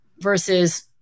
versus